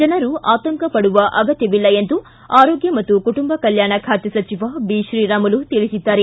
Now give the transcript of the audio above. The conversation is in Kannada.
ಜನರು ಆತಂಕಪಡುವ ಅಗತ್ಯವಿಲ್ಲ ಎಂದು ಆರೋಗ್ಯ ಮತ್ತು ಕುಟುಂಬ ಕಲ್ಕಾಣ ಖಾತೆ ಸಚಿವ ಬಿಶ್ರೀರಾಮುಲು ತಿಳಿಸಿದ್ದಾರೆ